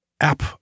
app